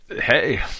Hey